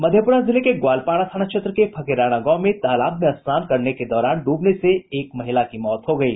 मधेपुरा जिले के ग्वालपारा थाना क्षेत्र के फकीराना गांव में तालाब में स्नान करने के दौरान डूबने से एक महिला की मौत हो गयी